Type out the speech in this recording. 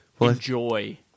enjoy